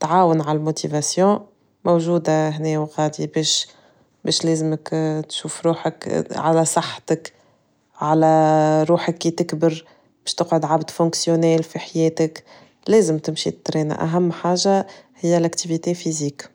تعاون ع الموتيفاسيو موجودة هنايا باش باش مش لازمك تشوف روحك على صحتك، على روحك كي تكبر باش تقعد عم تفانكسيونال في حياتك، لازم تمشي الترين، أهم حاجة هي الأكتيفيتي فيزيك.